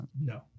No